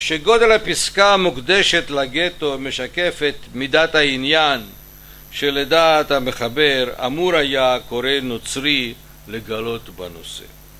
שגודל הפסקה המוקדשת לגטו משקפת מידת העניין שלדעת המחבר אמור היה קורא נוצרי לגלות בנושא.